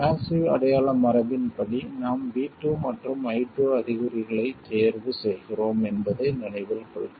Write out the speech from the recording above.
passive அடையாள மரபின்படி நாம் v2 மற்றும் i2 அறிகுறிகளைத் தேர்வு செய்கிறோம் என்பதை நினைவில் கொள்க